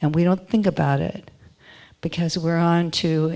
and we don't think about it because we're on to